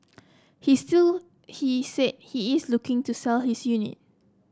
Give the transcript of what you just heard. he still he said he is looking to sell his unit